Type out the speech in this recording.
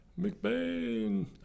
McBain